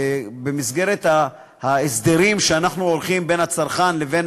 במסגרת ההסדרים שאנחנו עורכים בין הצרכן לבין